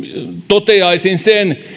toteaisin sen